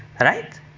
Right